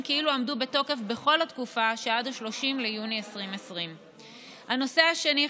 כאילו עמדו בתוקף בכל התקופה שעד 30 ביוני 2020. הנושא השני,